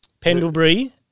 Pendlebury